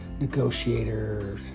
negotiator